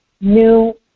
new